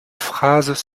phrases